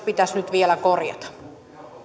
pitäisi nyt vielä korjata